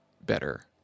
better